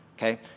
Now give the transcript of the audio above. Okay